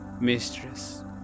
mistress